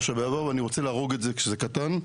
שבעבר ואני רוצה להרוג את זה כשזה קטן,